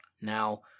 Now